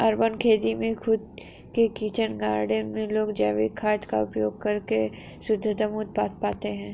urban खेती में खुद के किचन गार्डन में लोग जैविक खाद का उपयोग करके शुद्धतम उत्पाद पाते हैं